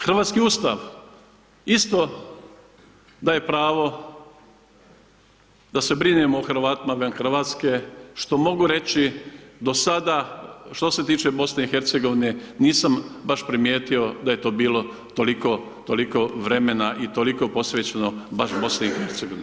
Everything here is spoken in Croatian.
Hrvatski Ustav isto daje pravo da se brinemo o Hrvatima izvan RH, što mogu reći do sada, što se tiče BiH, nisam baš primijetio da je to bilo toliko vremena i toliko posvećeno baš BiH.